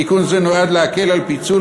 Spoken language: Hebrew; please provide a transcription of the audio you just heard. תיקון זה נועד להקל התפלגות,